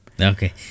Okay